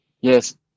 Yes